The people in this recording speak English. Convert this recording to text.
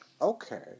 Okay